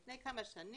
לפני כמה שנים,